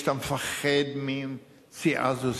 שאתה מפחד מסיעה זו,